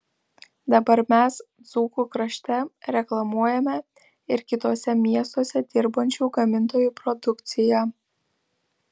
dabar mes dzūkų krašte reklamuojame ir kituose miestuose dirbančių gamintojų produkciją